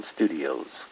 Studios